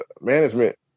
management